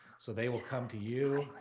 so they will come to you.